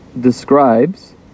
describes